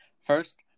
First